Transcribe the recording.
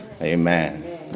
Amen